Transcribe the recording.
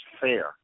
fair